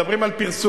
מדברים על פרסום,